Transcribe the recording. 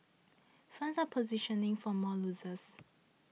funds are positioning for more losses